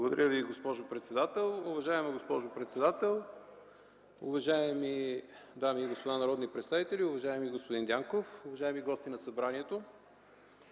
Благодаря. Уважаема госпожо председател, уважаеми дами и господа народни представители, уважаеми господин Дянков, уважаеми гости на събранието!